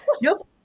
Nope